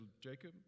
Jacob